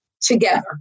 together